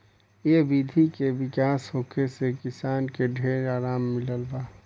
ए विधि के विकास होखे से किसान के ढेर आराम मिलल बा